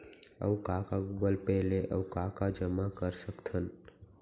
अऊ का का गूगल पे ले अऊ का का जामा कर सकथन?